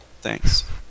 Thanks